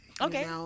Okay